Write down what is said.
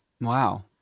Wow